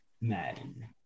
Madden